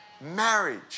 marriage